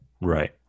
Right